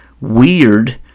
weird